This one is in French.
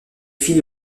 filé